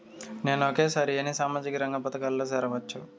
నేను ఒకేసారి ఎన్ని సామాజిక రంగ పథకాలలో సేరవచ్చు?